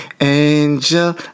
Angel